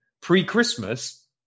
pre-Christmas